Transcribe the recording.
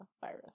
virus